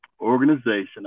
organization